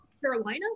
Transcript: Carolina